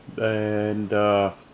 and uh